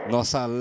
Nossa